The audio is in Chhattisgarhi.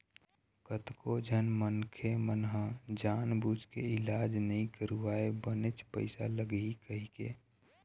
कतको झन मनखे मन ह जानबूझ के इलाज नइ करवाय बनेच पइसा लगही कहिके